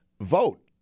vote